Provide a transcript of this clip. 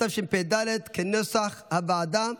התשפ"ד 2023, כנוסח הוועדה.